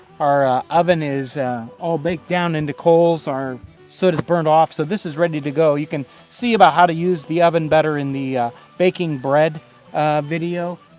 our ah oven is all baked down into coals. coals. our soot is burned off so this is ready to go. you can see about how to use the oven better in the baking bread video.